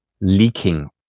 leaking